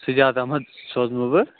سجاد احمد سوزنَو بہٕ